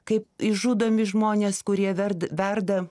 kaip išžudomi žmonės kurie verda verda